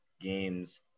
games